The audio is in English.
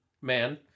man